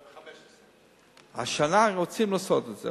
115%. השנה רוצים לעשות את זה,